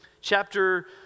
chapter